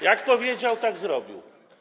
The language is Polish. Jak powiedział, tak zrobił.